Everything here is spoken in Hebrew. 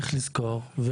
צריך לזכור.